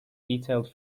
detailed